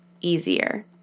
easier